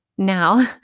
Now